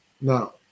now